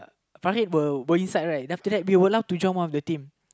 Farhid were go inside then after that we were lumped to join one of the team